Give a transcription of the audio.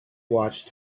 watched